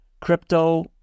crypto